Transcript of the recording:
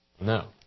No